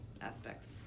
aspects